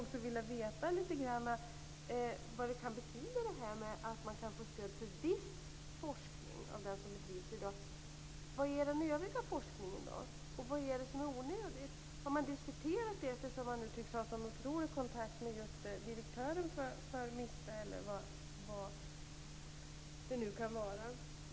Dessutom vill jag veta vad det betyder att man kan få stöd för "viss" forskning av den hela forskning som bedrivs i dag. Vilken är den övriga forskningen, och vad är det som är onödigt? Har regeringen diskuterat detta? Man tycks ju ha en sådan otrolig kontakt med direktören för MISTRA eller vad det nu kan vara.